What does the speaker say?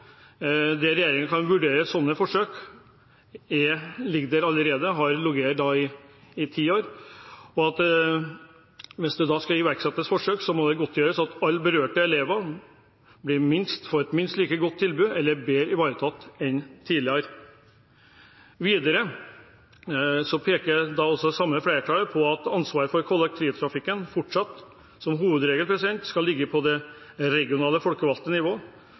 der regjeringen kan vurdere sånne forsøk. Den ligger der allerede og har ligget der i ti år. Hvis det skal iverksettes forsøk, må det godtgjøres at alle berørte elever blir minst like godt eller bedre ivaretatt enn før. Videre peker det samme flertallet på at ansvaret for kollektivtrafikken fortsatt som hovedregel skal ligge på det regionale folkevalgte nivå.